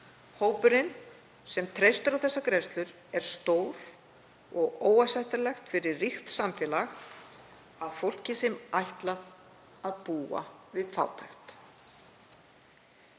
Hópurinn sem treystir á þessar greiðslur er stór og óásættanlegt fyrir ríkt samfélag að fólki sé ætlað að búa við fátækt.